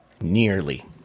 nearly